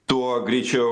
tuo greičiau